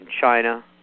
China